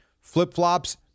flip-flops